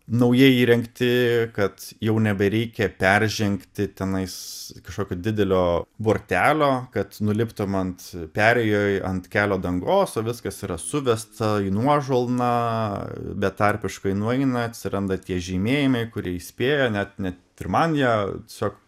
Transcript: naujai įrengti kad jau nebereikia peržengti tenais kažkokio didelio bortelio kad nuliptum ant perėjoj ant kelio dangos o viskas yra suvesta į nuožulną betarpiškai nueina atsiranda tie žymėjimai kurie įspėjo net net ir man jie tiesiog